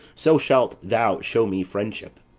so shalt thou show me friendship.